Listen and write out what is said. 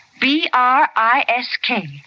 B-R-I-S-K